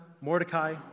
Mordecai